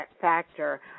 factor